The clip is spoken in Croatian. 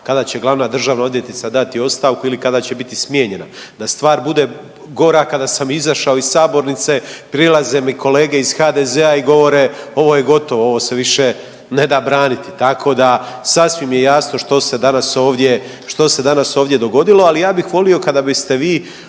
kada će glavna državna odvjetnica dati ostavku ili kada će biti smijenjena. Da stvar bude gora, kada sam izašao iz sabornice prilaze mi kolege iz HDZ-a govore ovo je gotovo, ovo se više ne da braniti. Tako da sasvim je jasno što se danas ovdje dogodilo. Ali ja bih volio kada biste vi,